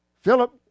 philip